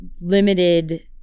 Limited